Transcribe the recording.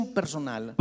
personal